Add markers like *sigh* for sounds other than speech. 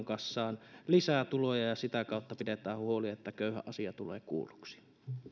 *unintelligible* kassaan lisää tuloja ja ja sitä kautta pidämme huolen että köyhän asia tulee kuulluksi